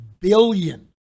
billion